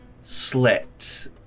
slit